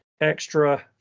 extra